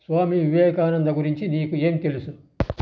స్వామీ వివేకానంద గురించి నీకు ఏం తెలుసు